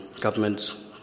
governments